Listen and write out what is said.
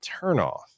turnoff